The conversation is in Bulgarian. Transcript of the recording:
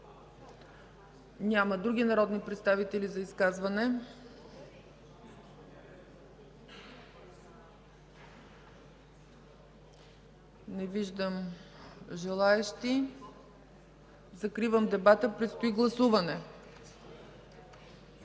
Няма. Други народни представители за изказване? Не виждам желаещи. Закривам дебата. Моля